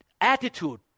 attitude